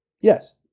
Yes